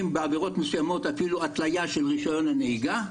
בעבירות מסוימות אפילו התליה של רישיון הנהיגה.